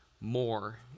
more